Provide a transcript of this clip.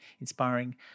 inspiring